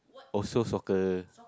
also soccer